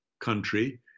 country